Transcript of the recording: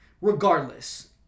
regardless